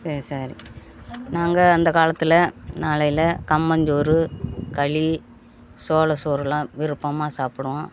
சே சரி நாங்கள் அந்த காலத்தில் நாளையில் கம்மஞ்சோறு களி சோளச் சோறெல்லாம் விருப்பமாக சாப்பிடுவோம்